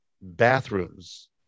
bathrooms